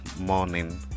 morning